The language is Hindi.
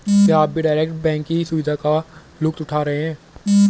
क्या आप भी डायरेक्ट बैंक की सुविधा का लुफ्त उठा रहे हैं?